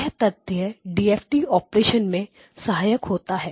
यह तथ्य DFT operation में सहायक होता है